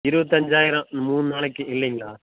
இருபத்தஞ்சாயிரம் மூணு நாளைக்கு இல்லைங்களா